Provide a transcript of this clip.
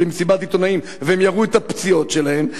למסיבת עיתונאים והם יראו את הפציעות שלהם,